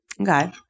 Okay